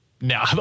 No